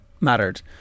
mattered